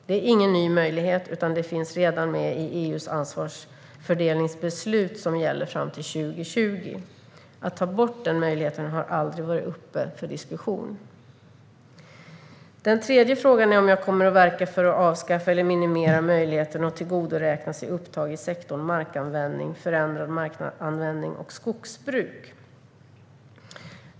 Det är ingen ny möjlighet, utan det finns med redan i EU:s ansvarsfördelningsbeslut som gäller fram till 2020. Att ta bort den möjligheten har aldrig varit uppe till diskussion. Den tredje frågan är om jag kommer att verka för att avskaffa eller minimera möjligheten att tillgodoräkna sig upptag i sektorn markanvändning, förändrad markanvändning och skogsbruk.